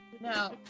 Now